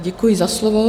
Děkuji za slovo.